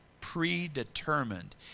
Predetermined